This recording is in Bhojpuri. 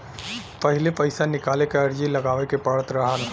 पहिले पइसा निकाले क अर्जी लगावे के पड़त रहल